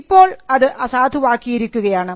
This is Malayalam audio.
ഇപ്പോൾ അത് അസാധുവാക്കിയിരിക്കുകയാണ്